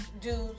dudes